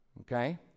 Okay